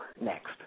next